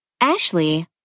Ashley